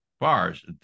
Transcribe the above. bars